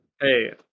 Hey